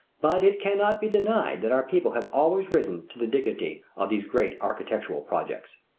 but it cannot be denied that our people have always risen to the dignity of these great architectural projects.